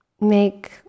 make